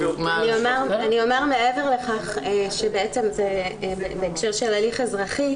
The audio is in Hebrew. בתביעות --- אני אומר מעבר לכך בהקשר של הליך אזרחי,